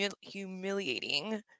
humiliating